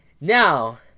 Now